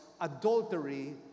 adultery